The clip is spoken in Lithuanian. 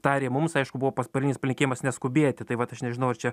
tarė mums aišku buvo pats pagrindinis palinkėjimas neskubėti tai vat aš nežinau ar čia